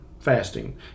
fasting